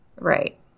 right